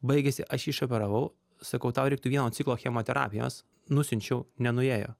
baigėsi aš jį išoperavau sakau tau reiktų vieno ciklo chemoterapijos nusiunčiau nenuėjo